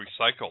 recycle